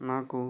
నాకు